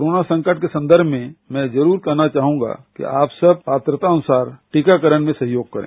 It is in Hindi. कोरोना संकट के संदर्भ में मैं यह जरूर कहना चाहूंगा कि आप सब पात्रतानुसार टीकाकरण में सहयोग करें